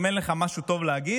אם אין לך משהו טוב להגיד,